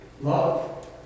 love